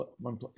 one